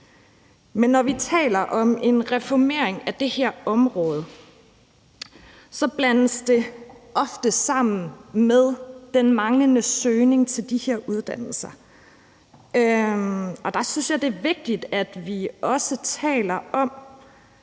Men når vi taler om en reformering af det her område, blandes det ofte sammen med den manglende søgning på de her uddannelser, og der synes jeg, det er vigtigt, at vi også taler om,